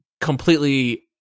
completely